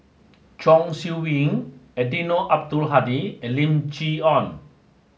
Chong Siew Ying Eddino Abdul Hadi and Lim Chee Onn